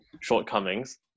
shortcomings